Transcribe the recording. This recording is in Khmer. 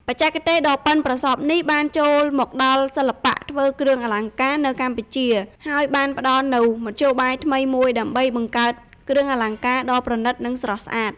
បច្ចេកទេសដ៏ប៉ិនប្រសប់នេះបានចូលមកដល់សិល្បៈធ្វើគ្រឿងអលង្ការនៅកម្ពុជា ហើយបានផ្តល់នូវមធ្យោបាយថ្មីមួយដើម្បីបង្កើតគ្រឿងអលង្ការដ៏ប្រណិត និងស្រស់ស្អាត។